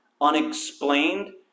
unexplained